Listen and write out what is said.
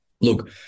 look